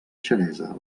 xeresa